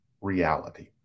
reality